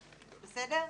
בסדר.